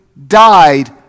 died